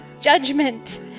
judgment